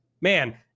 man